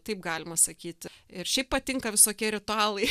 taip galima sakyti ir šiaip patinka visokie ritualai